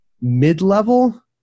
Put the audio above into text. mid-level